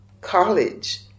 college